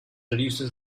reduces